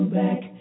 back